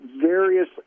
various